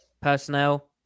personnel